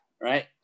right